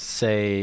say